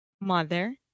Mother